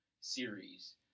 series